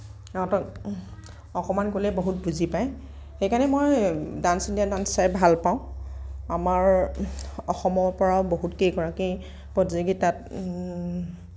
সিহঁতক অকণমান ক'লেই বহুত বুজি পায় সেইকাৰণে মই ডাঞ্চ ইণ্ডিয়া ডাঞ্চ চাই ভাল পাওঁ আমাৰ অসমৰ পৰা বহুত কেইগৰাকী প্ৰতিযোগী তাত